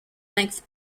length